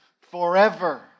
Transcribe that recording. forever